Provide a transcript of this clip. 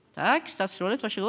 Det är mycket viktigt!